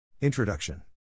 Introduction